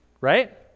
right